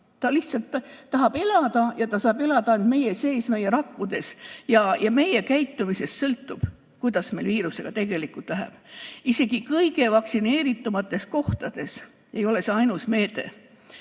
tapma, ta tahab elada ja ta saab elada ainult meie sees, meie rakkudes. Meie käitumisest sõltub, kuidas meil viirusega tegelikult läheb. Isegi kõige vaktsineeritumates kohtades ei ole see ainus meede.